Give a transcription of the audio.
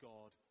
God